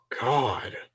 god